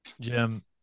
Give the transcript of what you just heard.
Jim